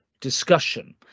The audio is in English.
discussion